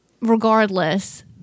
Regardless